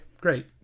Great